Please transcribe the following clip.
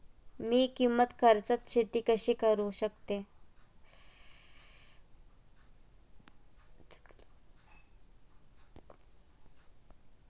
मी कमीत कमी खर्चात शेती कशी करू शकतो?